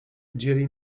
dzieli